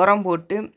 உரம் போட்டு